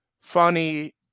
funny